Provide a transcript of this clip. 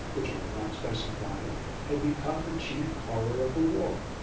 which i will not specify, had become the chief horror of the war.